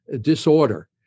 disorder